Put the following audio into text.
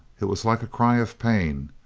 it was like a cry of pain.